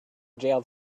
jailed